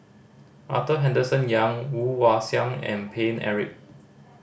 Arthur Henderson Young Woon Wah Siang and Paine Eric